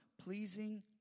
pleasing